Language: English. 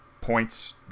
points